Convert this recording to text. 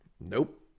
Nope